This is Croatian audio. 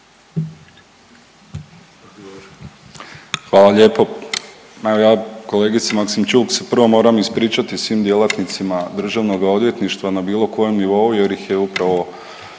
Hvala lijepo. Evo ja kolegice Maksimčuk se prvo moram ispričati svim djelatnica državnoga odvjetništva na bilo kojem nivou jer ih je upravo